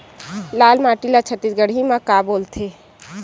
लाल माटी ला छत्तीसगढ़ी मा का बोलथे?